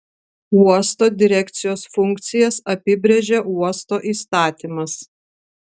uosto direkcijos funkcijas apibrėžia uosto įstatymas